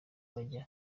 bajya